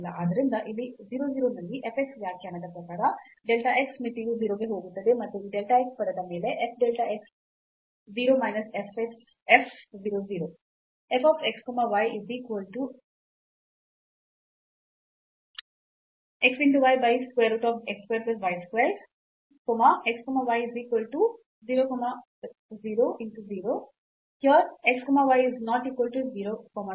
ಆದ್ದರಿಂದ ಇಲ್ಲಿ 0 0 ನಲ್ಲಿ f x ವ್ಯಾಖ್ಯಾನದ ಪ್ರಕಾರ delta x ಮಿತಿಯು 0 ಗೆ ಹೋಗುತ್ತದೆ ಮತ್ತು ಈ delta x ಪದದ ಮೇಲೆ f delta x 0 minus f 0 0